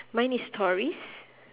mine is stories